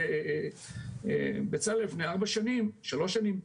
הכנסת סמוטריץ' לפני ארבע או שלוש שנים,